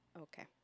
Okay